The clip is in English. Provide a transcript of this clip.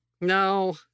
No